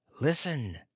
listen